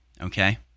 Okay